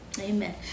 Amen